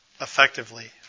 effectively